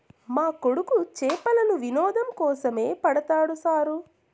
మా కొడుకు చేపలను వినోదం కోసమే పడతాడు సారూ